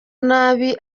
nabi